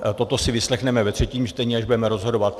A toto si vyslechneme ve třetím čtení, až budeme rozhodovat.